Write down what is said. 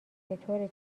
بطور